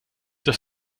das